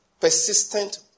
persistent